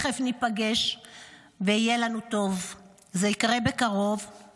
"זה הרגע שבו עליכם להוכיח מנהיגות ואומץ.